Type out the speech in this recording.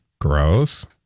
Gross